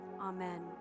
amen